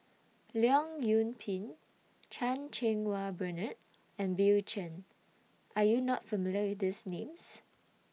Leong Yoon Pin Chan Cheng Wah Bernard and Bill Chen Are YOU not familiar with These Names